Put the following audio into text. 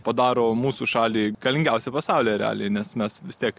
padaro mūsų šalį galingiausią pasaulyje realiai nes mes vis tiek